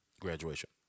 Graduation